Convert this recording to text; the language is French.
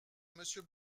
monsieur